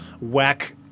whack